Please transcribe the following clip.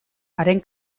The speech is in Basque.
haren